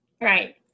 Right